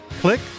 click